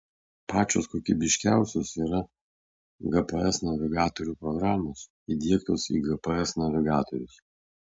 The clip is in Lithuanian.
pačios kokybiškiausios yra gps navigatorių programos įdiegtos į gps navigatorius